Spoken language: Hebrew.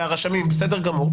בסדר גמור,